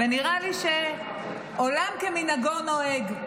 ונראה לי שעולם כמנהגו נוהג.